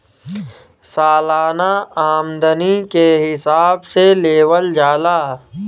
सालाना आमदनी के हिसाब से लेवल जाला